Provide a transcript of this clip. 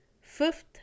fifth